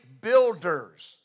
builders